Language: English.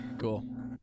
cool